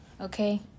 okay